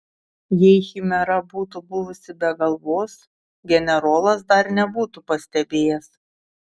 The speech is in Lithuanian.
jei chimera būtų buvusi be galvos generolas dar nebūtų pastebėjęs